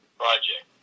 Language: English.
project